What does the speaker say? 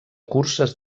curses